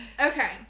Okay